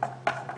אחת